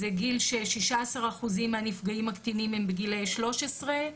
זה גיל ש- 16% מהנפגעים הקטינים הם בגילאי 13,